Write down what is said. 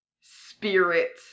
spirit